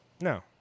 No